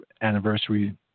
anniversary